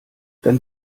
dann